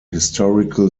historical